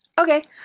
okay